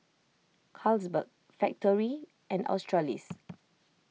Carlsberg Factorie and Australis